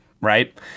Right